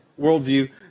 worldview